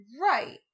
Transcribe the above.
Right